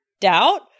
doubt